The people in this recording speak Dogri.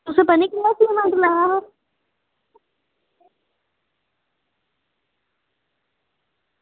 तुसें पता निं कनेहा सीमेंट लाया हा